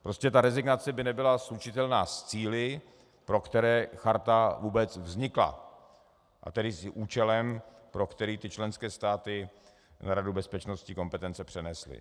Prostě ta rezignace by nebyla slučitelná s cíli, pro které Charta vůbec vznikla, a tedy s účelem, pro který členské státy na Radu bezpečnosti kompetence přenesly.